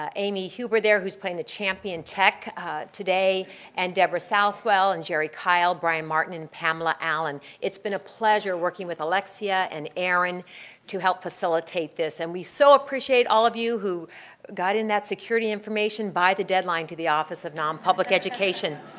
ah amy huber there who is playing the champion tech today and deborah southwell and jerry kyle, brian martin and pamela allen. it's been a pleasure working with alexia and erin to help facilitate this. and we so appreciate all of you who got in that security information by the deadline to the office of nonpublic education.